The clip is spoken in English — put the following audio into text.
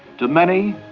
to many,